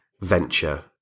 venture